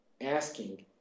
asking